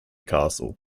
castle